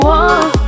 one